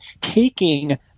taking